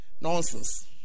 Nonsense